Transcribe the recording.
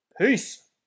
peace